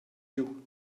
giu